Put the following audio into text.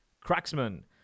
Cracksman